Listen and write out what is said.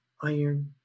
iron